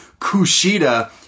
Kushida